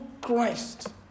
Christ